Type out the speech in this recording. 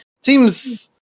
Seems